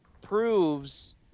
proves